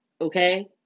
okay